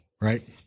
right